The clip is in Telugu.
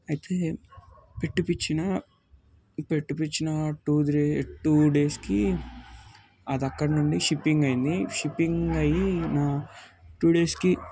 అయితే పెట్టుపిచ్చినా పెట్టిపిచ్చిన టూ డేస్కి అదక్కడి నుండి షిప్పింగ్ అయ్యింది షిప్పింగ్ అయిన టూ డేస్కి